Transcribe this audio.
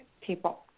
people